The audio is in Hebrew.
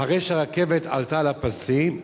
אחרי שהרכבת עלתה על הפסים,